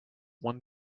one